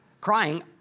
crying